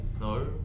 no